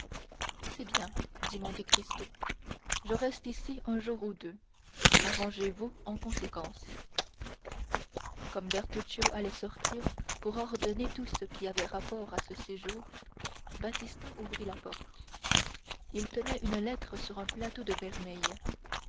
c'est bien dit monte cristo je reste ici un jour ou deux arrangez-vous en conséquence comme bertuccio allait sortir pour ordonner tout ce qui avait rapport à ce séjour baptistin ouvrit la porte il tenait une lettre sur un plateau de vermeil